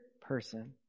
person